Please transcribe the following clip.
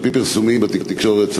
על-פי פרסומים בתקשורת,